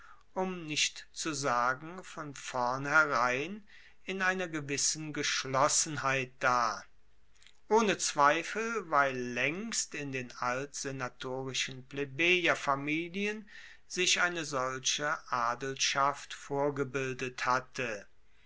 um nicht zu sagen von vornherein in einer gewissen geschlossenheit da ohne zweifel weil laengst in den altsenatorischen plebejerfamilien sich eine solche adelschaft vorgebildet hatte